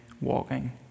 walking